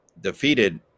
defeated